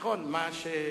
זה נכון שמה